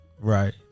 Right